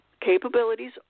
capabilities